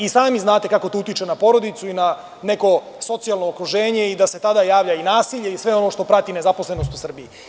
I sami znate kako to utiče na porodicu i na neko socijalno kruženje i da se tada javlja i nasilje i sve ono što prati nezaposlenost u Srbiji.